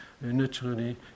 naturally